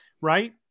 right